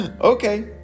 Okay